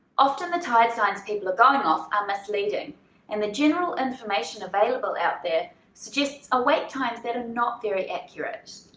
often the tired signs people are going off are misleading and the general information available out there suggests awake times that are and not very accurate.